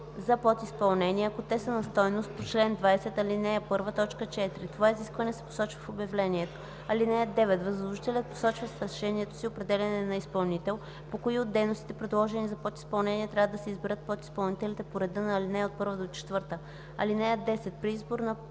за подизпълнение, ако те са на стойност по чл. 20, ал. 1, т. 4. Това изискване се посочва в обявлението. (9) Възложителят посочва в решението за определяне на изпълнител, по кои от дейностите, предложени за подизпълнение, трябва да се изберат подизпълнителите по реда на ал. 1-4. (10) При избор на подизпълнител